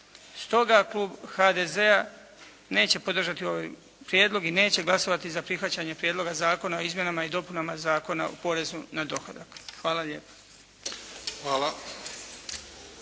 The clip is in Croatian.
Stoga klub HDZ-a neće podržati ovaj prijedlog i neće glasovati za prihvaćanje Prijedloga zakona o izmjenama i dopunama Zakona o porezu na dohodak. Hvala lijepa.